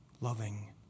loving